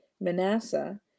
Manasseh